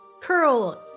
curl